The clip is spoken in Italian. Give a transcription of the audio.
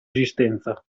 esistenza